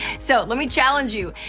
so, let me challenge you.